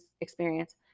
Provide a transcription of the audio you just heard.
experience